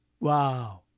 Wow